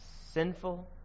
sinful